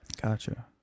gotcha